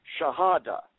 Shahada